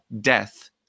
death